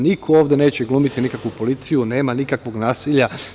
Niko ovde neće glumiti nikakvu policiju, nema nikakvog nasilja.